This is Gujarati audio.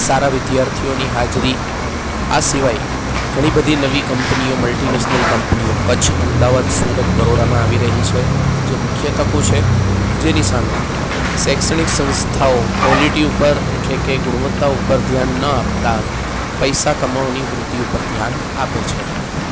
સારા વિદ્યાર્થીઓની હાજરી આ સિવાય ઘણી બધી નવી કંપનીઓ મલ્ટીનેસનલ કંપનીઓ કચ્છ અમદાવાદ સુરત બરોડામાં આવી રહી છે જે મુખ્ય તકો છે જેની સામે શૈક્ષણિક સંસ્થાઓ કોલિટી ઉપર એટલે કે ગુણવત્તા ઉપર ધ્યાન ન આપતા પૈસા કમાવાની વૃત્તિ ઉપર ધ્યાન આપે છે